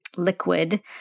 Liquid